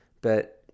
But-